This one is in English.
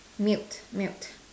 mute mute